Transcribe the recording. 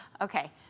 Okay